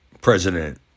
president